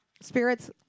spirits